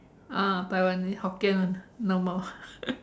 ah Taiwanese Hokkien [one] normal